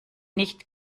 nicht